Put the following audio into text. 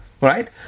right